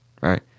right